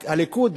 הליכוד,